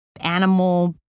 animal